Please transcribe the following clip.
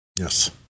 Yes